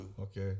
Okay